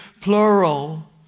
plural